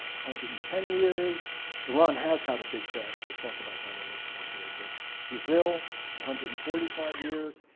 hundred and ten years iran has had a big crash, we'll talk about that and its population. but brazil one hundred and forty five years,